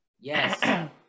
Yes